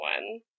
one